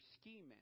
scheming